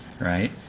right